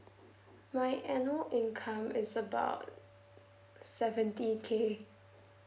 my annual income is about seventy K